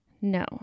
No